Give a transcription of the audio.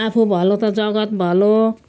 आफू भलो त जगत भलो